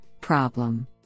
problem